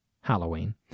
Halloween